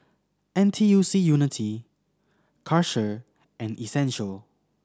N T U C Unity Karcher and Essential